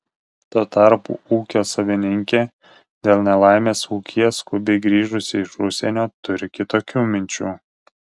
tuo tarpu ūkio savininkė dėl nelaimės ūkyje skubiai grįžusi iš užsienio turi kitokių minčių